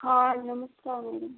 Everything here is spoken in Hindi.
हाँ नमस्कार मैडम